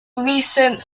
recent